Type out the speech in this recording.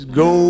go